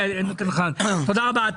תודה רבה.